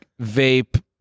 vape